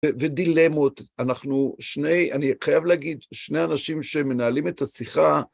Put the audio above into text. ודילמות. אנחנו שני, אני חייב להגיד, שני אנשים שמנהלים את השיחה.